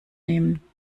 nehmen